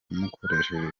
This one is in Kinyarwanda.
mukoresheje